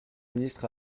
ministre